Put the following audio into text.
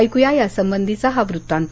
ऐकूया यासंबंधीचा हा वृत्तांत